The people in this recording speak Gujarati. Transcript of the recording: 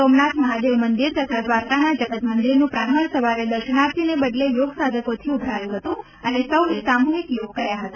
સોમનાથ મહાદેવ મંદિર તથા દ્વારકાના જગત મંદિરનું પ્રાંગણ સવારે દર્શનાર્થીને બદલે યોગ સાધકોથી ઉભરાયું હતું અને સૌએ સામૂહિક યોગ કર્યા હતા